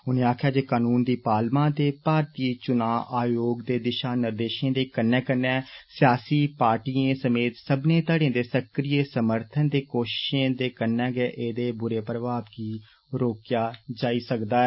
उनें आक्खेआ जे कानून दी पालमा ते भारतीय चुना आयोग दे निर्देषें दे कन्नो कन्नी सियासी पार्टिएं समेत सब्बनें धड़े दे सक्रिय समर्थ ते कोषिषें दे कन्नै गै एहदे बुरे प्रभाव गी रोकेआ जाई सकदा ऐ